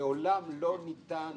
לעולם לא ניתן